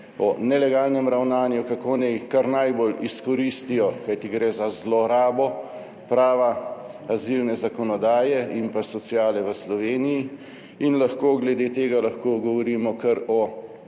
o nelegalnem ravnanju, kako naj kar najbolj izkoristijo, kajti gre za zlorabo prava, azilne zakonodaje in pa sociale v Sloveniji. Glede tega lahko govorimo kar o